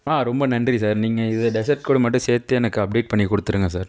ஆ ரொம்ப நன்றி சார் நீங்கள் இதை டெசர்ட் கூட மட்டும் சேர்த்து எனக்கு அப்டேட் பண்ணிக் கொடுத்துடுங்க சார்